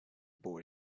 boy